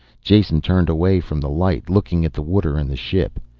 jason turned away from the light, looking at the water and the ship.